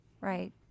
Right